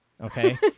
okay